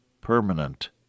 permanent